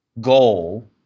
goal